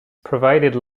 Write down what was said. provided